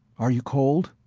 are you cold?